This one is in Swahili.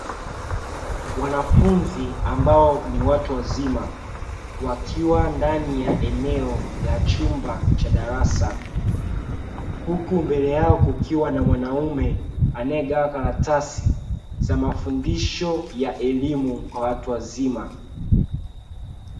Wanafunzi ambao ni watu wazima wakiwa ndani ya eneo la chumba cha darasa huku mbele yao kukiwa na mwanaume anaegawa karatasi za mafundisho ya elimu kwa watu wazima.